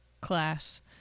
class